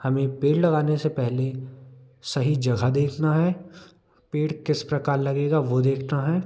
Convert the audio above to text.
हमें पेड़ लगाने से पहले सही जगह देखना है पेड़ किस प्रकार लगेगा वो देखना है